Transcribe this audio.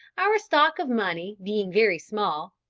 our stock of money being very small,